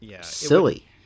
silly